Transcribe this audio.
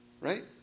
Right